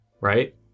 right